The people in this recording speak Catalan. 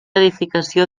edificació